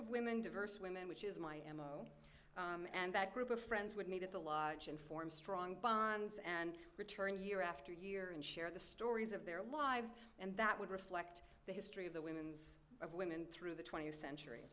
of women diverse women which is my m o and that group of friends would meet at the lodge and form strong bonds and return year after year and share the stories of their lives and that would reflect the history of the women's of women through the twentieth century